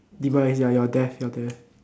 demise ya your death your death